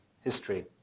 history